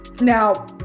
Now